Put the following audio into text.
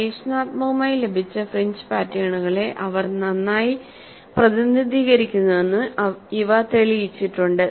പരീക്ഷണാത്മകമായി ലഭിച്ച ഫ്രിഞ്ച് പാറ്റേണുകളെ അവർ നന്നായി പ്രതിനിധീകരിക്കുന്നുവെന്ന് ഇവ തെളിയിച്ചിട്ടുണ്ട്